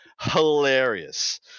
hilarious